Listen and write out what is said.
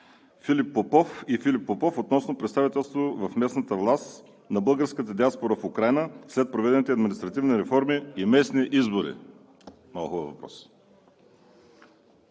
Антон Кутев и Филип Попов относно представителство в местната власт на българската диаспора в Украйна, след проведените административни реформи и местни избори. Заповядайте,